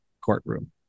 courtroom